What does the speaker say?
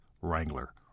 Wrangler